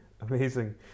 amazing